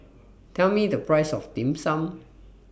Tell Me The Price of Dim Sum